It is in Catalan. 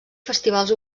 festivals